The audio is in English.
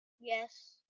yes